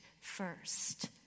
first